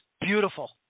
beautiful